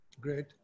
Great